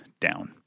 down